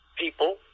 people